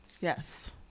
Yes